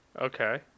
Okay